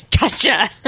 gotcha